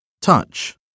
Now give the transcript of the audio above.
Touch